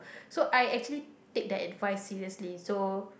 so I actually take the advice seriously so